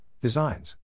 designs